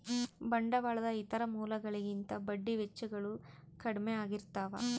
ಬಂಡವಾಳದ ಇತರ ಮೂಲಗಳಿಗಿಂತ ಬಡ್ಡಿ ವೆಚ್ಚಗಳು ಕಡ್ಮೆ ಆಗಿರ್ತವ